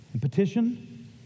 petition